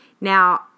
Now